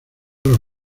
los